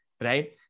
right